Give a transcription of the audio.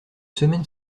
semaines